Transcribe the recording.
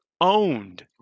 owned